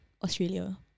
Australia